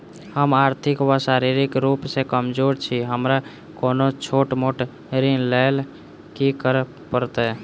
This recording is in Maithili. हम आर्थिक व शारीरिक रूप सँ कमजोर छी हमरा कोनों छोट मोट ऋण लैल की करै पड़तै?